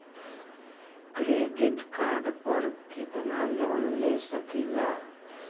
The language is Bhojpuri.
क्रेडिट कार्ड पर कितनालोन ले सकीला?